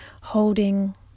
holding